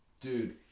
Dude